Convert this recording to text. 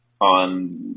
on